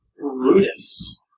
Brutus